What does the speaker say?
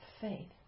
Faith